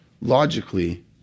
logically